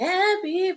Happy